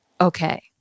okay